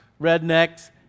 rednecks